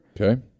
Okay